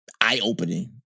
Eye-opening